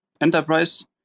Enterprise